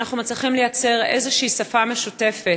שאנחנו מצליחים לייצר איזושהי שפה משותפת,